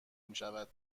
میشود